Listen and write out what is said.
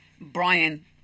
Brian